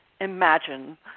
imagine